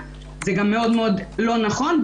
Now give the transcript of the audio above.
זה גם מאוד לא נכון,